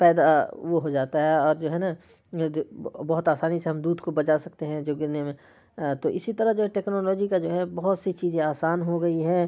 پیدا وہ ہو جاتا ہے اور جو ہے نا بہت آسانی سے ہم دودھ کو بچا سکتے ہیں جو گرنے میں تو اسی طرح جو ہے ٹیکنالوجی کا جو ہے بہت سی چیزیں آسان ہو گئی ہیں